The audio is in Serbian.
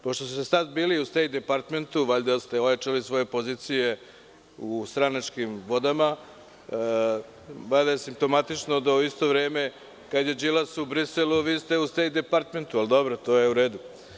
Pošto ste sada bili u Stejt departmentu, valjda ste očajali svoje pozicije u stranačkim vodama, bar je sistematično u isto vreme kada je Đilas u Briselu, vi ste u Stejt departmentu, ali dobro, to je u redu.